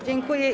Dziękuję.